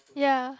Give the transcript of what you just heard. ya